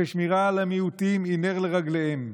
ששמירה על המיעוטים היא נר לרגליהם,